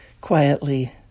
quietly